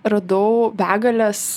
radau begales